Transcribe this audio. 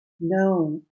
known